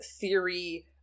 theory